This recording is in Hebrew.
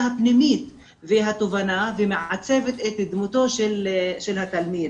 הפנימית והתובנה ומעצבת את דמותו של התלמיד.